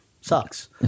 sucks